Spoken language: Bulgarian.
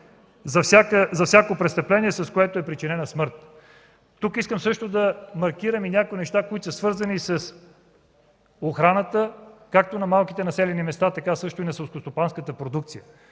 за всяко престъпление, с което е причинена смърт. Тук искам също да маркирам и някои неща, които са свързани с охраната както на малките населени места, така също и на селскостопанската продукция.